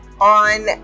on